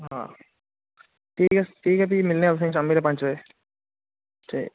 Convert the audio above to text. आं ठीक ऐ ठीक ऐ फी मिलने आं शामली बेल्लै पंज बजे ठीक ऐ